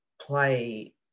play